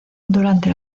durante